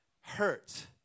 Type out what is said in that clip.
hurt